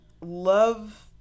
love